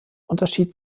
unterschied